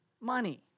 money